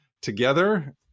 together